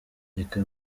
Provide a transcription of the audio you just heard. reka